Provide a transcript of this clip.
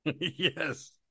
yes